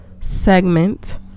segment